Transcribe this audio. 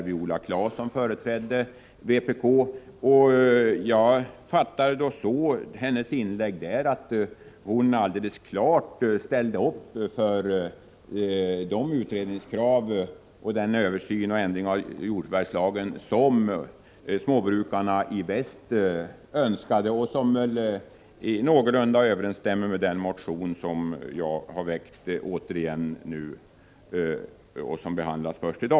Viola Claesson företrädde där vpk, och jag uppfattade hennes inlägg så att hon klart förespråkade krav på den översyn och ändring av jordförvärvslagen som Småbrukare i väst önskade. Detta överensstämde någorlunda med kraven i den motion som jag har väckt och som behandlas först i dag.